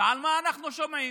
ועל מה אנחנו שומעים?